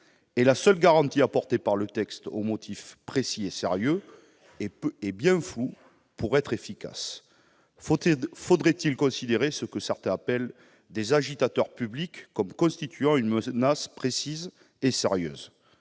La seule garantie apportée par le texte, à savoir la mention des motifs « précis et sérieux », est bien floue pour être efficace. Faudrait-il considérer ceux que certains appellent des agitateurs publics comme constituant une menace « précise et sérieuse »